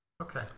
Okay